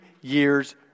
years